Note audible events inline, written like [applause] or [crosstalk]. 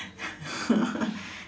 [laughs]